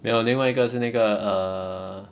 没有另外一个是那个 err